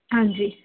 ਹਾਂਜੀ